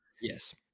yes